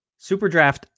Superdraft